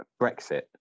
Brexit